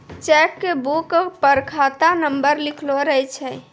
cheque book पर खाता number लिखलो रहै छै